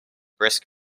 brisk